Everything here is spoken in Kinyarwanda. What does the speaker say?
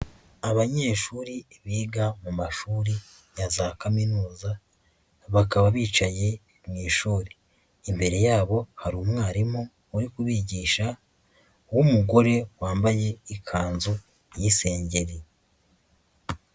Abanyeshuri biga mu mashuri ya za kaminuza bakaba abicaye mu ishuri, imbere yabo hari umwarimu uri kubigisha w'umugore wambaye ikanzu y'isengeri.